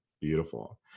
beautiful